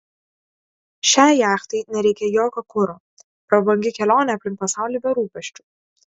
šiai jachtai nereikia jokio kuro prabangi kelionė aplink pasaulį be rūpesčių